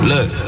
Look